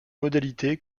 modalité